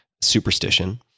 superstition